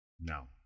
now